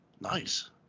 Nice